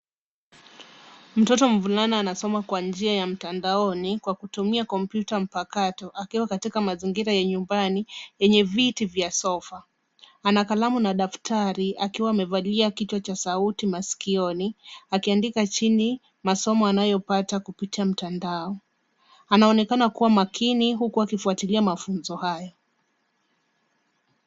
Mtoto mvulana anasoma kwa njia ya mtandaoni kwa kutumia kompyuta mpakato akiwa katika mazingira ya nyumbani yenye viti vya sofa. Ana kalamu na daftari akiwa amevalia kichwa cha sauti masikioni akiandika chini masomo anayopata kupitia mtandao. Anaonekana kuwa makini huku akifuatilia mafunzo hayo.